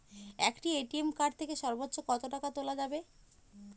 একটি ATM card থেকে সর্বোচ্চ কত টাকা তোলা যাবে?